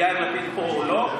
אם יאיר לפיד פה או לא,